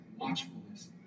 watchfulness